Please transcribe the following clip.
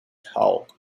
talk